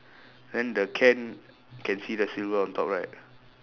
and the can can see the silver on top right